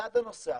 הצד הנוסף,